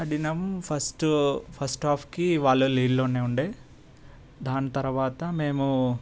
ఆడినం first first హాఫ్కి వాళ్ళ lead లోనే ఉండే దాని తర్వాత మేము